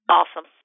Awesome